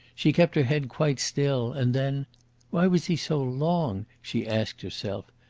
she kept her head quite still, and then why was he so long? she asked herself.